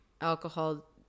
alcohol